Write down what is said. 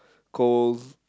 cold